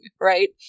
right